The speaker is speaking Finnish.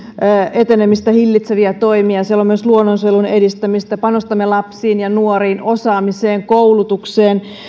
etenemistä hillitseviä toimia siellä on myös luonnonsuojelun edistämistä panostamme lapsiin ja nuoriin osaamiseen koulutukseen